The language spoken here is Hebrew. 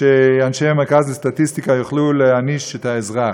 שאנשי המרכז לסטטיסטיקה יוכלו להעניש את האזרח,